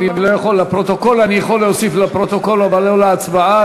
לפרוטוקול אני יכול להוסיף, אבל לא להצבעה.